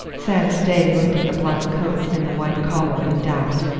sam stay looked at the black coat and the white collar in doubt.